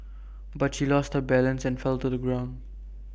but she lost her balance and fell to the ground